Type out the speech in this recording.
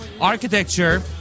architecture